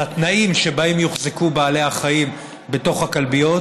התנאים שבהם יוחזקו בעלי החיים בתוך הכלביות.